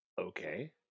Okay